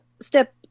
step